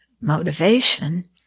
motivation